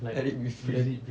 let it be free